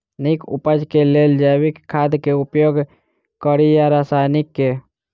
नीक उपज केँ लेल जैविक खाद केँ उपयोग कड़ी या रासायनिक केँ?